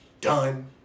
done